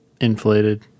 inflated